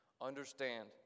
Understand